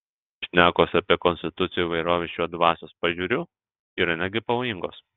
šnekos apie konstitucijų įvairovę šiuo dvasios pažiūriu yra netgi pavojingos